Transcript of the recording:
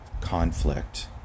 conflict